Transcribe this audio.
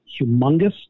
humongous